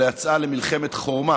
אלא היא יצאה למלחמת חורמה